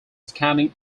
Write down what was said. scanning